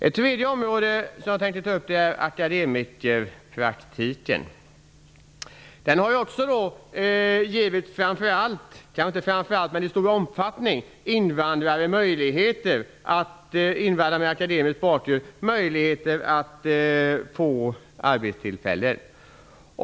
Ett tredje område som jag tänkte ta upp gäller akademikerpraktiken. Den har i stor omfattning givit invandrare med akademisk bakgrund möjlighet att få arbete.